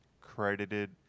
credited